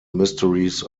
mysteries